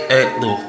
active